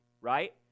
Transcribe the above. right